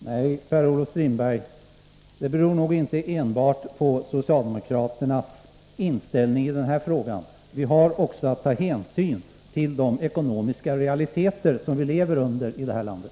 Herr talman! Nej, Per-Olof Strindberg, beslutet i denna fråga beror nog inte enbart på socialdemokraternas inställning. Vi har också att ta hänsyn till de ekonomiska realiteter som vi lever under i detta land.